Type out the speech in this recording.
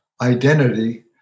identity